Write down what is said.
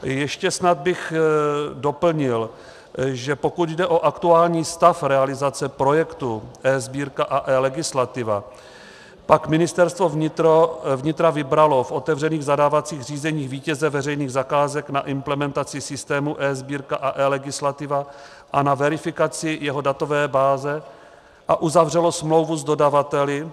Ještě snad bych doplnil, že pokud jde o aktuální stav realizace projektu eSbírka a eLegislativa, pak Ministerstvo vnitra vybralo v otevřených zadávacích řízeních vítěze veřejných zakázek na implementaci systému eSbírka a eLegislativa a na verifikaci jeho datové báze a uzavřelo smlouvu s dodavateli.